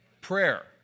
Prayer